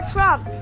Trump